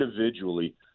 individually